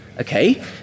okay